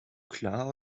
klar